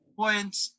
points